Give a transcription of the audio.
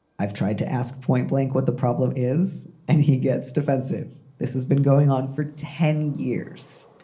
i've tried to ask point blank what the problem is and he gets defensive. this has been going on for ten years.